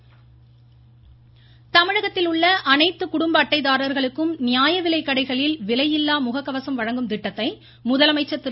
முதலமைச்சர் மாஸ்க் தமிழகத்தில் உள்ள அனைத்து குடும்ப அட்டைதாரர்களுக்கும் நியாய விலைக்கடைகளில் விலையில்லா முக கவசம் வழங்கும் திட்டத்தை முதலமைச்சர் திரு